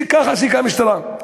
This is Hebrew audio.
ככה הסיקה המשטרה.